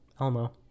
Elmo